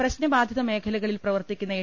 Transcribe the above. പ്രശ്ന ബാധിത മേഖലകളിൽ പ്രവർത്തിക്കുന്ന എ